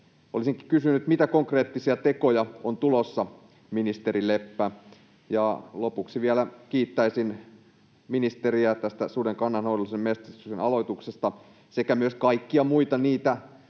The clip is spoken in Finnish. Olisinkin kysynyt, mitä konkreettisia tekoja on tulossa, ministeri Leppä. Ja lopuksi vielä kiittäisin ministeriä tästä suden kannanhoidollisen metsästyksen aloituksesta — sekä myös kaikkia niitä